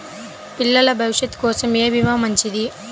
పిల్లల భవిష్యత్ కోసం ఏ భీమా మంచిది?